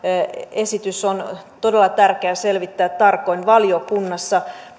esitys on todella tärkeä selvittää tarkoin valiokunnassa